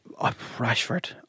Rashford